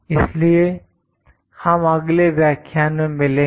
इसलिए हम अगले व्याख्यान में मिलेंगे